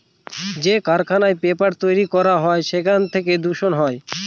যে কারখানায় পেপার তৈরী করা হয় সেখান থেকে দূষণ হয়